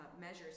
measures